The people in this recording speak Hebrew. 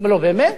אומר לו: באמת?